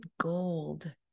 gold